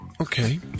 Okay